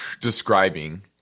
describing